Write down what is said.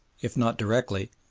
if not directly,